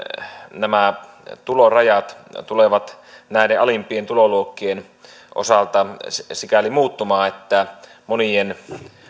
nämä tulorajat tulevat näiden alimpien tuloluokkien osalta sikäli muuttumaan että monien